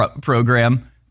program